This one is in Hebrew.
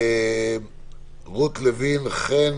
רות לוין-חן,